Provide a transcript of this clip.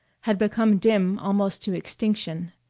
had become dim almost to extinction.